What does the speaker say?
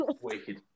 Wicked